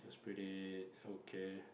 pretty okay